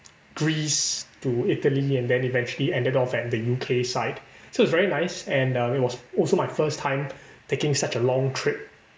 Greece to Italy and then eventually ended off at the U_K side so it's very nice and uh it was also my first time taking such a long trip